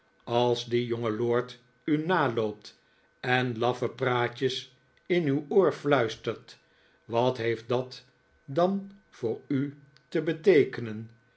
als die jonge lord u naloopt en laffe praatjes in uw oor fluistert wat heeft dat dan voor u te beteekenen